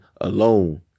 alone